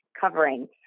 covering